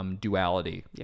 Duality